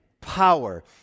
power